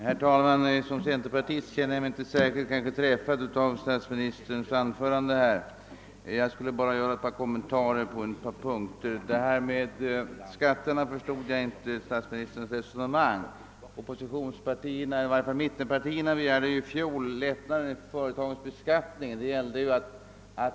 Herr talman! Som centerpartist känner jag mig inte särskilt träffad av statsministerns anförande. Jag vill bara göra några kommentarer på ett par punkter. Beträffande skatterna förstod jag inte statsministerns resonemang. Mittenpartierna begärde i fjol temporära lättnader i företagsbeskattningen.